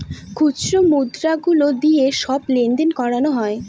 খুচরো মুদ্রা গুলো দিয়ে সব লেনদেন করানো হয়